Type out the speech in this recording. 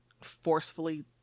forcefully